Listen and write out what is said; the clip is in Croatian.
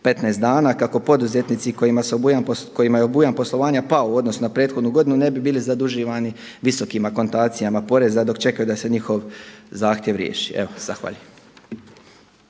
15 dana kako poduzetnici kojima je obujam poslovanja pao u odnosu na prethodnu godinu ne bi bili zaduživani visokim akontacijama poreza dok čekaju da se njihov zahtjev riješi. Zahvaljujem.